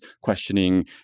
questioning